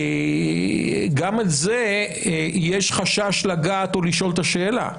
גם על זה יש חשש לגעת או לשאול את השאלה,